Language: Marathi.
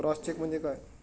क्रॉस चेक म्हणजे काय?